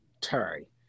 Terry